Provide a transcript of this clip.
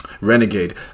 Renegade